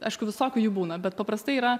aišku visokių jų būna bet paprastai yra